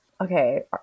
Okay